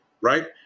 right